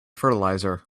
fertilizer